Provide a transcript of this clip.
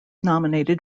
nominated